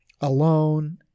alone